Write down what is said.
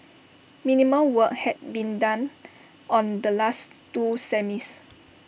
minimal work had been done on the last two semis